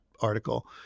article